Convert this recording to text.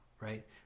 Right